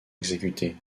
exécutées